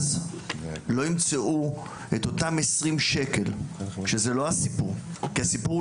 הסיפור הוא לא 20 שקל, הסיפור הוא